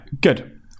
good